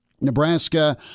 Nebraska